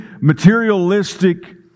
materialistic